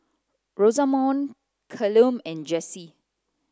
Rosamond Callum and Jessi